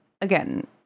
again